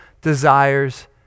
desires